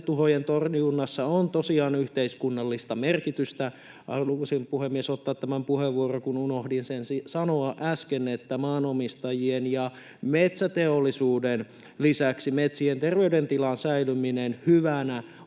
metsätuhojen torjunnassa on tosiaan yhteiskunnallista merkitystä. Halusin, puhemies, ottaa tämän puheenvuoron, kun unohdin sen sanoa äsken, että maanomistajien ja metsäteollisuuden lisäksi metsien terveydentilan hyvänä